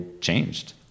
changed